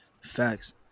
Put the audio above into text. Facts